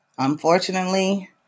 Unfortunately